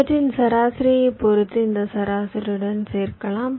இவற்றின் சராசரியைப் பொறுத்து இந்த சராசரியுடன் சேர்க்கலாம்